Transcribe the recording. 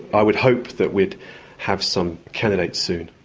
i would hope that we'd have some candidates soon.